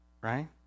right